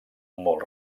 molt